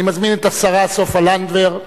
אני מזמין את השרה סופה לנדבר,